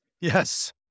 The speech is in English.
Yes